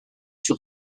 sur